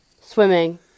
Swimming